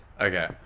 Okay